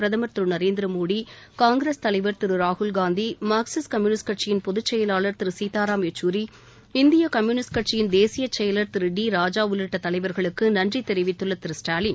பிரதமர் திரு நரேந்திர மோடி காங்கிரஸ் தலைவர் திரு ராகுல்காந்தி மார்க்சிஸ்ட் கம்யூனிஸ்ட் கட்சியின் பொதுச்செயலாளர் திரு சீதாராம் யெச்சூரி இந்திய கம்யூனிஸ்ட் கட்சியின் தேசிய செயலர் திரு டி ராஜா உள்ளிட்ட தலைவர்களுக்கு நன்றி தெரிவித்துள்ள திரு ஸ்டாலின்